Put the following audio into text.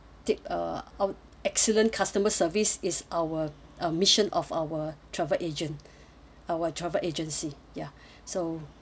tip uh our excellent customer service is our uh mission of our travel agent our travel agency ya so